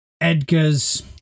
Edgar's